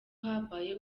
habaye